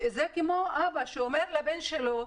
זה כמו אבא שאומר לבן שלו: